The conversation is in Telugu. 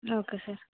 okay sir